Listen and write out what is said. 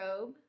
robe